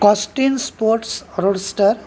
Costin sports roadster